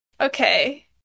Okay